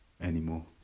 anymore